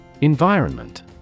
Environment